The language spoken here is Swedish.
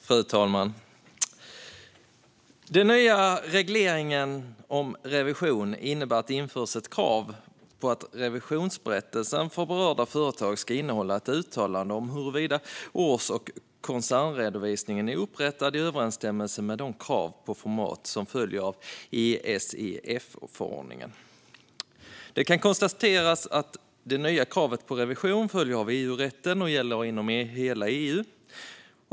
Fru talman! Den nya regleringen om revision innebär att det införs ett krav på att revisionsberättelsen för berörda företag ska innehålla ett uttalande om huruvida års och koncernredovisningen är upprättad i överensstämmelse med de krav på formatet som följer av Esef-förordningen. Det kan konstateras att det nya kravet på revision följer av EU-rätten och gäller inom hela EU.